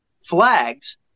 flags